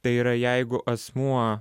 tai yra jeigu asmuo